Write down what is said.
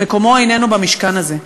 מקומו איננו במשכן הזה.